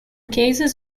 cases